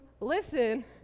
listen